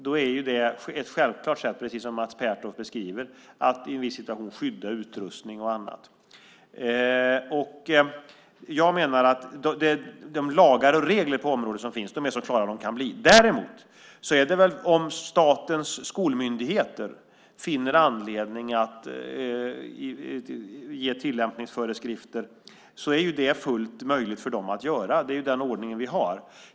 Då är det ett självklart sätt att, precis som Mats Pertoft beskriver, i en viss situation skydda utrustning och annat. Jag menar att de lagar och regler på området som finns är så klara de kan bli. Däremot är det, om statens skolmyndigheter finner anledning att ge tillämpningsföreskrifter, fullt möjligt för dem att göra det. Det är den ordningen vi har.